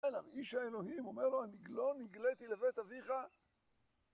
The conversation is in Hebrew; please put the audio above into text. איש האלוהים אומר לו, אני לא נגלתי לבית אביך